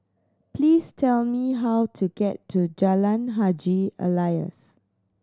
please tell me how to get to Jalan Haji Alias